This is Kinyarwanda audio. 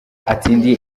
atsindiye